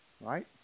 right